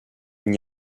n’y